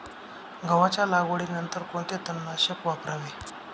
गव्हाच्या लागवडीनंतर कोणते तणनाशक वापरावे?